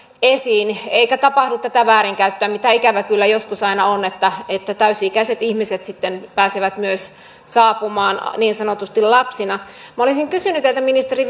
esiin eikä tapahdu tätä väärinkäyttöä mitä ikävä kyllä joskus aina on että myös täysi ikäiset ihmiset sitten pääsevät saapumaan niin sanotusti lapsina minä olisin vielä kysynyt teiltä ministeri